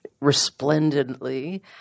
resplendently